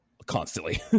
constantly